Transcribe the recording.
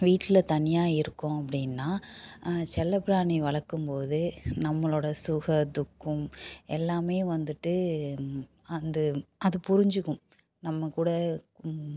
வீட்டில் தனியாக இருக்கோம் அப்படினா செல்லப் பிராணி வளர்க்கும்போது நம்மளோடய சுக துக்கம் எல்லாமே வந்துட்டு அந்து அது புரிஞ்சுக்கும் நம்மக்கூட